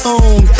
own